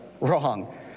wrong